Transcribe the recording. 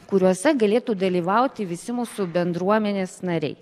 kuriuose galėtų dalyvauti visi mūsų bendruomenės nariai